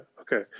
okay